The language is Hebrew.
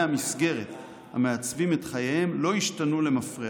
המסגרת המעצבים את חייהם לא ישתנו למפרע".